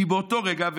כי באותו רגע,